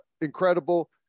incredible